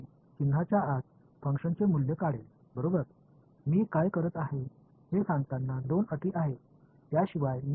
நான் இந்த பிராந்திய தொகுதி 1 ஐ மட்டும் ஒருங்கிணைத்து வருகிறேன் முழு ஸ்பேஸையும் செய்யவில்லை